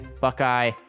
Buckeye